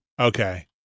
Okay